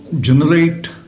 generate